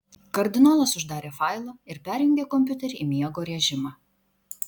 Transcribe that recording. kardinolas uždarė failą ir perjungė kompiuterį į miego režimą